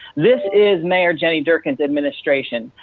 this is mayor jenny durkan's administration.